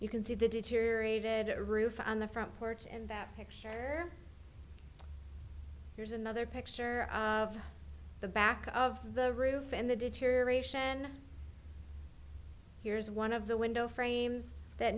you can see the deteriorated roof on the front porch and that picture there's another picture of the back of the roof and the deterioration here's one of the window frames that